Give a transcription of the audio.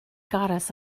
goddess